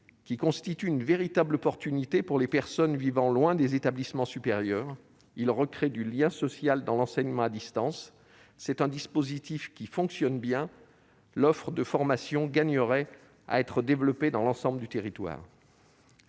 qui constituent une véritable opportunité pour les personnes vivant loin des établissements supérieurs. Ils recréent du lien social par l'enseignement à distance. Ce dispositif fonctionne bien, et l'offre de formation gagnerait à être développée sur l'ensemble du territoire.